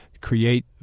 create